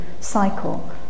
cycle